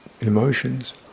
emotions